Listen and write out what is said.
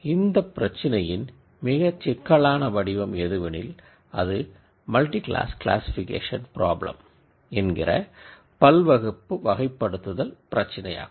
இந்த பிரச்சினையின் மிக சிக்கலான வடிவம் எதுவெனில் அது மல்டி கிளாஸ் க்ளாசிக்பிகேஷன் பிராப்ளம் ஆகும்